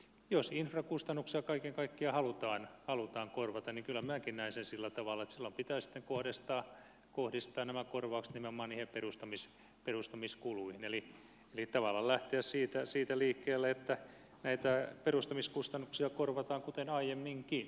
jos infrakustannuksia kaiken kaikkiaan halutaan korvata niin kyllä minäkin näen sen sillä tavalla että silloin pitää sitten kohdistaa nämä korvaukset nimenomaan niihin perustamiskuluihin eli tavallaan lähteä siitä liikkeelle että näitä perustamiskustannuksia korvataan kuten aiemminkin